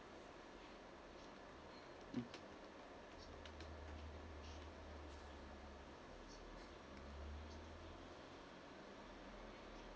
mm